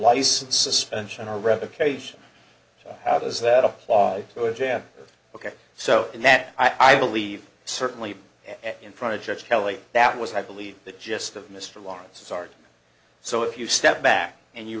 license suspension or revocation so how does that apply go into ok so in that i believe certainly in front of judge kelly that was i believe the gist of mr lawrence art so if you step back and you